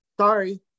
Sorry